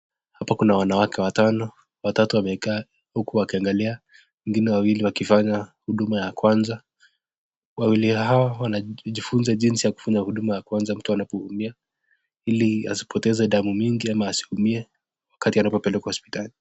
Hapa Kuna wanawake watano huku watatu wakika huku wakiangalia wangine wawili wakifanyiwa huduma ya kwanza wawili hawa wanajifunza jinzi wa kufanya huduma ya kwanza wakati mtu anapoumia hili asipotese damu mingi ama asiumi wakati anapelekwa hospitali.